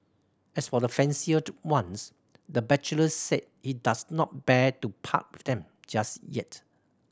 as for the fancier ones the bachelor said he does not bear to part them just yet